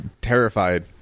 terrified